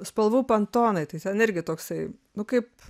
spalvų pantonai tai ten irgi toksai nu kaip